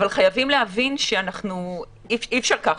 אבל חייבים להבין שאי-אפשר ככה.